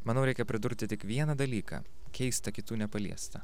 manau reikia pridurti tik vieną dalyką keistą kitų nepaliestą